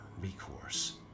recourse